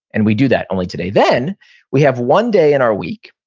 and we do that only today then we have one day in our week,